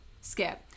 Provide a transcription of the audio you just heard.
skip